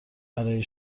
برای